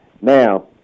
Now